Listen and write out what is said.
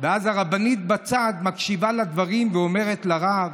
שהיה יוצא דופן וייחודי מאוד,